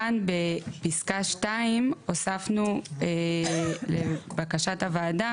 כאן בפסקה 2 הוספנו לבקשת הוועדה,